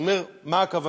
אז אומרים: מה הכוונה?